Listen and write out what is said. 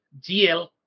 gl